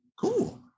cool